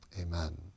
amen